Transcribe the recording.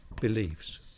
Beliefs